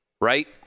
right